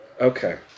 Okay